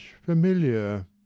familiar